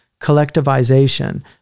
collectivization